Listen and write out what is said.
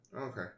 okay